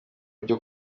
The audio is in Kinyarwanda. byo